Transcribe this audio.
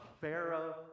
Pharaoh